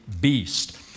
beast